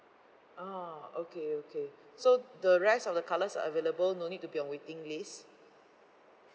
ah okay okay so the rest of the colours are available no need to be on waiting list